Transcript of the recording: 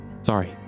Sorry